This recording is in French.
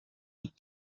autre